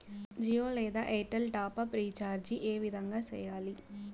జియో లేదా Airtel top up recharge ఏ విధంగా సేయాలి